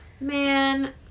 Man